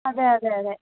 അതെ അതെ അതെ